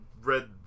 read